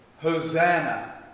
Hosanna